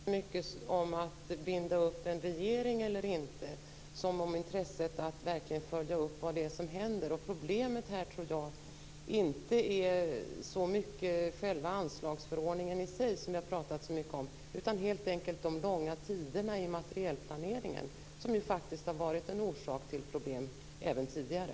Fru talman! Det handlar kanske inte så mycket om att binda upp en regering eller inte som om intresset att verkligen följa upp vad det är som händer. Problemet, tror jag, är inte så mycket själva anslagsförordningen i sig, som vi har pratat så mycket om, utan helt enkelt de långa tiderna i materielplaneringen. De har faktiskt varit en orsak till problem även tidigare.